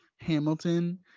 Hamilton